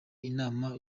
inama